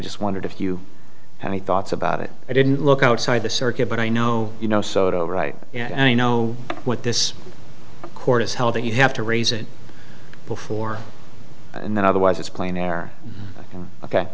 just wondered if you have any thoughts about it i didn't look outside the circuit but i know you know soto right i know what this court has held that you have to raise it before and then otherwise it's plain air ok